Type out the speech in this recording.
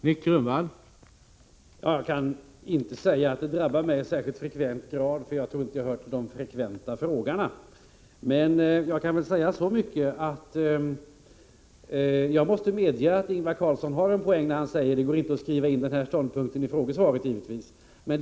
Herr talman! Jag kan inte säga att det drabbar mig särskilt ofta, för jag tror inte jag hör till de frekventa frågarna. Jag måste medge att Ingvar Carlsson har en poäng när han säger att det inte går att skriva in denna ståndpunkt i frågesvaren.